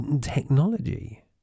technology